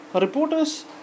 reporters